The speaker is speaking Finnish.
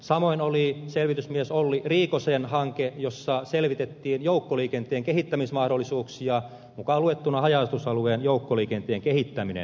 samoin oli selvitysmies olli riikosen hanke jossa selvitettiin joukkoliikenteen kehittämismahdollisuuksia mukaan luettuna haja asutusalueen joukkoliikenteen kehittäminen